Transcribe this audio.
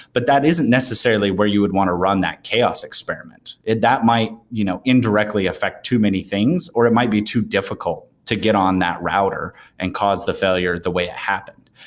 but that isn't necessarily where you would want to run that chaos experiment. that might you know indirectly affect too many things or it might be too difficult to get on that router and cause the failure the way it happened.